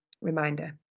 reminder